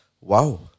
wow